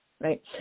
right